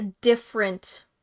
different